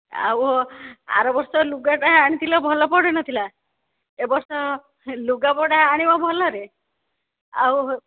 ଆଉ ଆର ବର୍ଷ ଲୁଗାଟା ଆଣିଥିଲ ଭଲ ପଡ଼ିନଥିଲା ଏ ବର୍ଷ ଲୁଗାପଟା ଆଣିବ ଭଲରେ ଆଉ